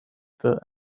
foot